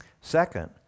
Second